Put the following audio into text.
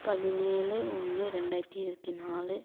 பதினேழு ஒன்று ரெண்டாயிரத்தி இருபத்தி நாலு